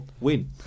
win